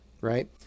right